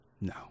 No